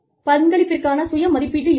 பங்களிப்பிற்கான சுய மதிப்பீடு இருக்கலாம்